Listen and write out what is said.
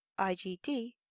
IgD